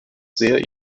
sehr